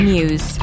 News